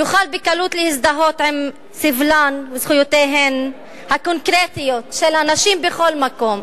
יוכל בקלות להזדהות עם סבלן וזכויותיהן הקונקרטיים של הנשים בכל מקום,